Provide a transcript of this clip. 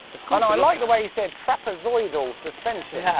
kind of i like the way he said trapezoidal suspension.